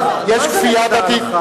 יש כפייה דתית,